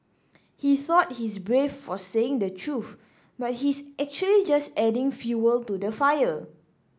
he thought he's brave for saying the truth but he's actually just adding fuel to the fire